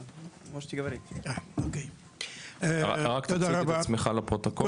רק תציג את עצמך לפרוטוקול.